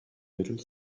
little